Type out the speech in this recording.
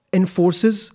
enforces